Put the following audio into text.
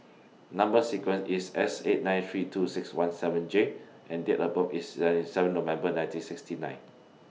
Number sequence IS S eight nine three two six one seven J and Date of birth IS The seven November nineteen sixty nine